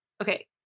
Okay